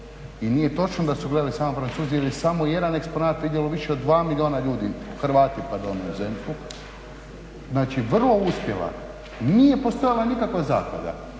i nije točno da su gledali samo Francuzi jer je samo jedan eksponat vidjelo više od 2 milijuna ljudi, Hrvati pardon u inozemstvu. Znači vrlo uspjela. Nije postojala nikakva zaklada